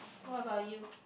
what about you